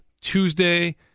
Tuesday